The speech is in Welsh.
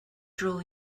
dro